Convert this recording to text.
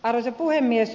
arvoisa puhemies